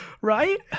Right